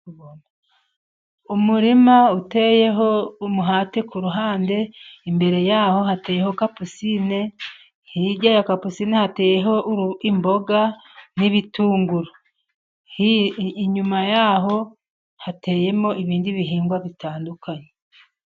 Umurima uteyeho umuhati ku ruhande, imbere yaho hateyeho kapusine, hirya ya kapusine hateyeho imboga n'ibitunguru. Inyuma yaho hateyemo ibindi bihingwa bitandukanye.